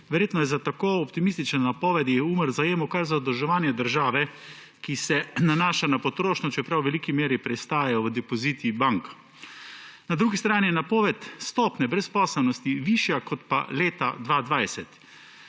Verjetno je za tako optimistične napovedi Umar zajemal kar zadolževanje države, ki se nanaša na potrošnjo, čeprav v veliki meri pristaja v depozitih bank. Na drugi strani je napoved stopnje brezposelnosti višja kot pa leta 2020,